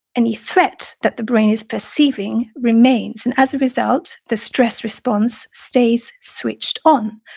any threat that the brain is perceiving remains. and as a result, the stress response stays switched on,